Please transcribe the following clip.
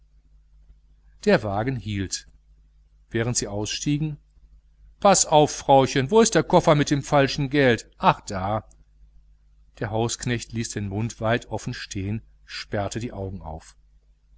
der wagen hielt während sie ausstiegen paß auf frauchen wo ist der koffer mit dem falschen geld ah da der hausknecht ließ den mund weit offen stehen sperrte die augen auf